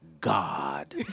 God